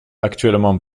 actuellement